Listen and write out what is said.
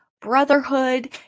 brotherhood